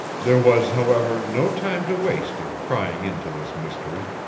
there was, however, no time to waste in prying into this mystery.